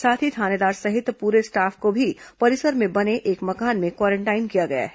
साथ ही थानेदार सहित पूरे स्टाफ को भी परिसर में बने एक मकान में क्वारेंटाइन किया गया है